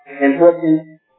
important